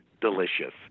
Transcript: delicious